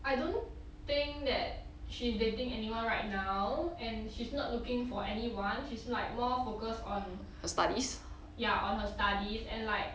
I don't think that she's dating anyone right now and she's not looking for anyone she's like more focus on ya on her studies and like